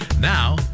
Now